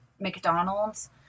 McDonald's